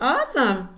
Awesome